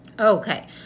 Okay